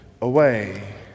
away